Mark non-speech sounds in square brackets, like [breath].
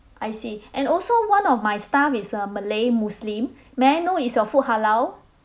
I see [breath] and also one of my staff is a malay muslim [breath] may I know is your food halal